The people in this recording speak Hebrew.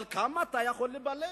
אבל כמה אתה יכול לבלף?